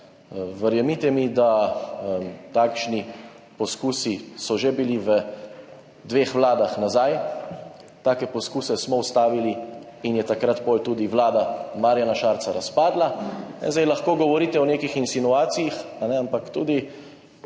Verjemite mi, da so že bili takšni poskusi v dveh vladah nazaj. Take poskuse smo ustavili in je takrat potem tudi vlada Marjana Šarca razpadla. Zdaj lahko govorite o nekih insinuacijah, ampak tudi,